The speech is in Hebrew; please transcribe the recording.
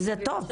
חולים.